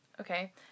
okay